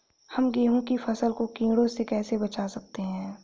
हम गेहूँ की फसल को कीड़ों से कैसे बचा सकते हैं?